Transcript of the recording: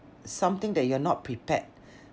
something that you're not prepared